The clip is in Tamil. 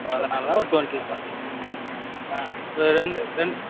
அதனால் டொண்ட்டி ஆ ரெண்டு ரெண்